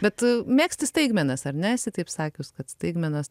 bet mėgsti staigmenas ar ne esi taip sakius kad staigmenos